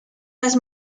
las